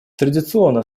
традиционно